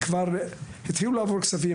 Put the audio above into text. וכבר התחילו לעביר לנו כספים,